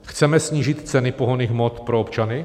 Chceme snížit ceny pohonných hmot pro občany?